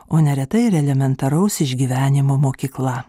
o neretai ir elementaraus išgyvenimo mokykla